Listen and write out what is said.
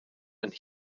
and